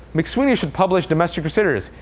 mcsweeney should publish domestic crusaders.